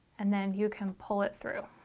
and then you can pull it through.